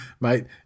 Mate